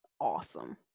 awesome